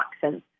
toxins